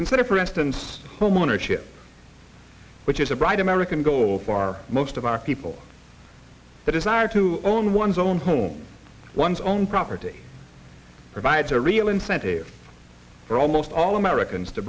consider for instance home ownership which is a right american goal for most of our people that is are to own one's own homes one's own property provides a real incentive for almost all americans to